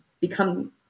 become